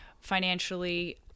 financially